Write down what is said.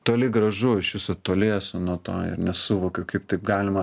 toli gražu iš viso toli esu nuo to ir nesuvokiu kaip taip galima